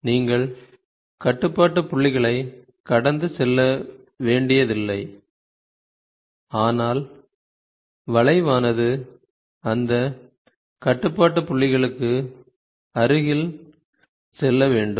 நீங்கள் கட்டுப்பாட்டு புள்ளிகளை கடந்துசெல்ல வேண்டியதில்லை ஆனால் வளைவானது அந்த கட்டுப்பாட்டு புள்ளிகளுக்கு அருகில் செல்ல வேண்டும்